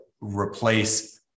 replace